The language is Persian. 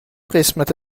قسمت